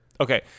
Okay